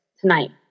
Tonight